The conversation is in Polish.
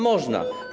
Można.